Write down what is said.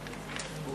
התש"ע 2010,